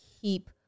keep